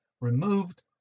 removed